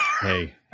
Hey